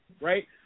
right